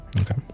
Okay